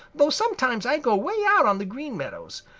though sometimes i go way out on the green meadows.